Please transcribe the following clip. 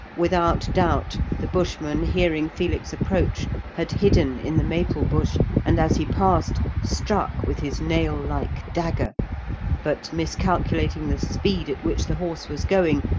without doubt, the bushman, hearing felix approach, had hidden in the maple bush, and, as he passed, struck with his nail-like dagger but, miscalculating the speed at which the horse was going,